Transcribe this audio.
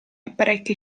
apparecchi